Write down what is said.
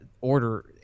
order